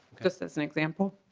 just as an example.